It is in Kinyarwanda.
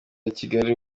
kigali